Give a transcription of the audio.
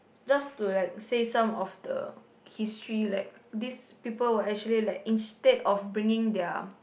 just to like say some of the history like this people will actually like instead of bringing their